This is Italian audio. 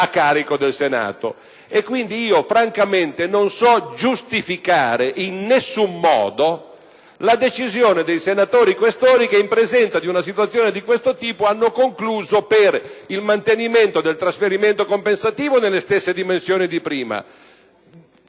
E quindi, francamente non so giustificare in nessun modo la decisione dei senatori Questori che, in presenza di una situazione di questo tipo, hanno concluso per il mantenimento del trasferimento compensativo nelle stesse dimensioni di prima,